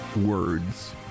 words